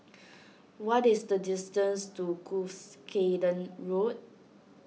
what is the distance to Cuscaden Road